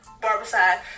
barbicide